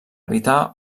evitar